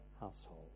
household